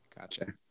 Gotcha